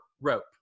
rope